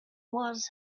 was